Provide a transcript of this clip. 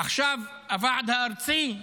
עכשיו הוועד הארצי,